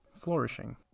flourishing